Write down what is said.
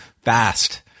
fast